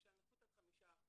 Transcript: למשל נכות עד 5%,